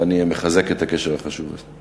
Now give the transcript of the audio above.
ואני מחזק את הקשר החשוב הזה.